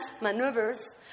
maneuvers